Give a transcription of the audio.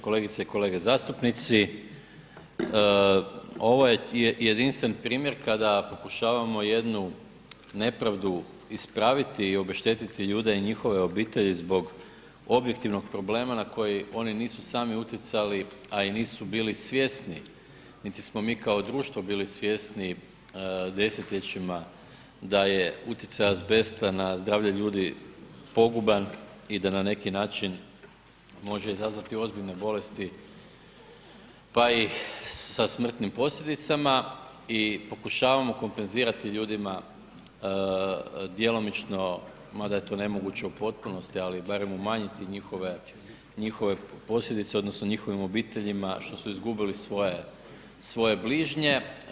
Kolegice i kolege zastupnici, ovo je jedinstven primjer kada pokušavamo jednu nepravdu ispraviti i obeštetiti ljude i njihove obitelji zbog objektivnog problema na koji nisu oni sami utjecali, a i nisu bili svjesni, niti smo mi kao društvo bili svjesniji desetljećima da je utjecaj azbesta na zdravlje ljudi poguban i da na neki način može izazvati ozbiljne bolesti pa i sa smrtnim posljedicama i pokušavamo kompenzirati ljudima djelomično, mada je to nemoguće u potpunosti, ali barem umanjiti njihove posljedice odnosno njihovim obiteljima što su izgubili svoje bližnje.